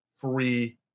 free